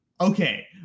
okay